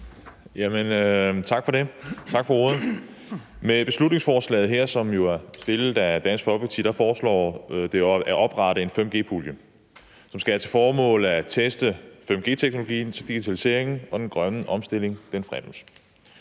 Tak for ordet. I beslutningsforslaget her, som jo er fremsat af Dansk Folkeparti, foreslås det at oprette en 5G-pulje, som skal have til formål at teste 5G-teknologien, så digitaliseringen og den grønne omstilling fremmes.